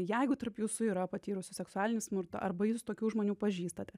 jeigu tarp jūsų yra patyrusių seksualinį smurtą arba jūs tokių žmonių pažįstate